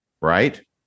Right